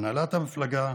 הנהלת המפלגה,